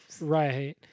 Right